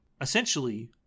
Essentially